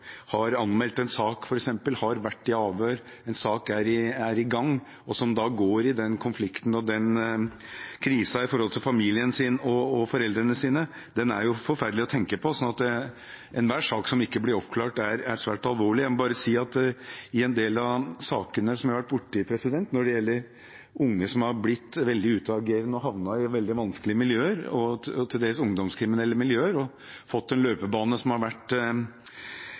en sak er i gang, og som da går i den konflikten og den krisen med hensyn til familien sin og foreldrene sine – er jo forferdelig å tenke på. Enhver sak som ikke blir oppklart, er svært alvorlig. Jeg må bare si at i en del av sakene jeg kjenner til når det gjelder unge som har blitt veldig utagerende og havnet i veldig vanskelige miljøer, til dels ungdomskriminelle miljøer, og fått en løpebane der det har vært